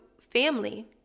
family